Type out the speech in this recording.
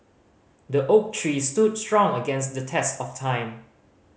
the oak tree stood strong against the test of time